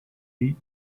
eat